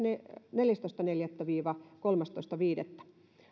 neljästoista neljättä viiva kolmastoista viidettä